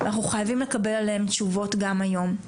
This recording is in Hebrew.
אנחנו חייבים לקבל עליהם תשובות גם היום.